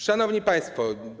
Szanowni Państwo!